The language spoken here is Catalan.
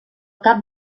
cap